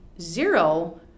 zero